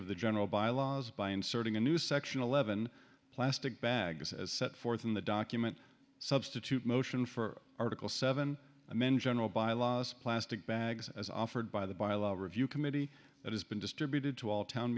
of the general bylaws by inserting a new section eleven plastic bags as set forth in the document substitute motion for article seven amend general bylaws plastic bags as offered by the by a lot review committee that has been distributed to